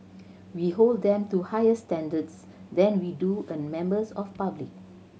we hold them to higher standards than we do a members of public